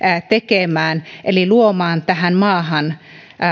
tekemään luomaan tähän maahan